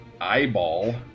Eyeball